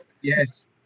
Yes